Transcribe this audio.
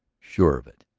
sure of it.